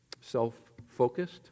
Self-focused